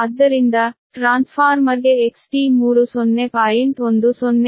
ಆದ್ದರಿಂದ ಟ್ರಾನ್ಸ್ಫಾರ್ಮರ್ಗೆ XT3 0